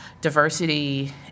diversity